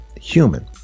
human